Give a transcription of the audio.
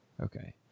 Okay